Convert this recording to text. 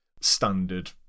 standard